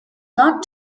not